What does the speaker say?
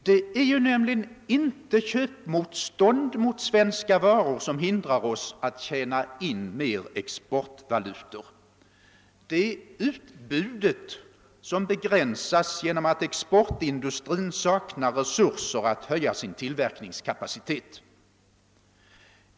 Det är nämligen inte köpmotstånd mot svenska varor som hindrar oss att tjäna in mer exportvalator utan det är utbudet som begränsats på grund av att exportindustrin saknar resurser att höja sin tillverkningskapacitet.